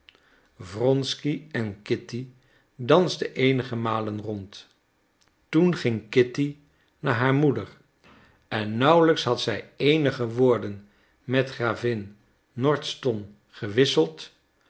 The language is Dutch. wronsky en kitty danste eenige malen rond toen ging kitty naar haar moeder en nauwelijks had zij eenige woorden met gravin nordston gewisseld